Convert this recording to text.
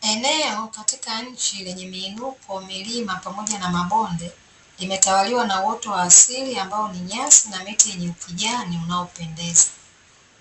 Eneo katika nchi lenye miinuko, milima pamoja na mabonde limetawaliwa na uoto wa asili ambao ni nyasi na miti yenye ukijani unaopendeza.